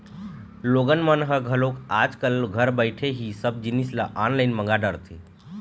लोगन मन ह घलोक आज कल घर बइठे ही सब जिनिस ल ऑनलाईन मंगा डरथे